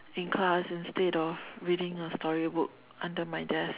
in class instead of reading a storybook under my desk